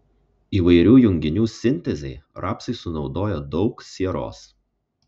įvairių junginių sintezei rapsai sunaudoja daug sieros